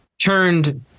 turned